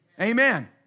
Amen